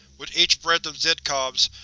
with each breath of zhidkov's,